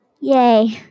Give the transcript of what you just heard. Yay